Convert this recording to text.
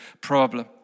problem